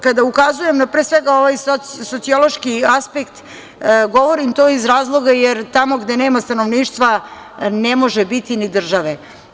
Kada ukazujem na ovaj sociološki aspekt, govorim to iz razloga jer tamo gde nema stanovništva ne može biti ni države.